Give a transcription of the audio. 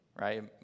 right